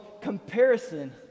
comparison